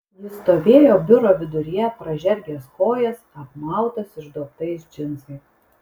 jis stovėjo biuro viduryje pražergęs kojas apmautas išduobtais džinsais